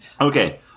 Okay